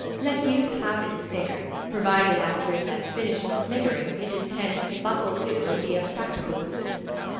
let youth have its snigger, provided, after it has finished sniggering, it intends to buckle to and be of practical assistance.